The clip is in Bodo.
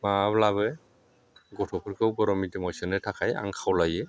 माबाब्लाबो गथ'फोरखौ बर' मिडियामाव सोनो थाखाय आं खावलायो